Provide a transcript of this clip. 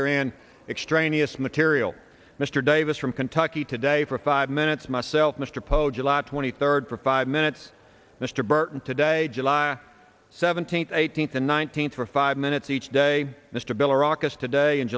therein extraneous material mr davis from kentucky today for five minutes much self mr poe july twenty third for five minutes mr burton today july seventeenth eighteenth and nineteenth for five minutes each day mr bell rockets today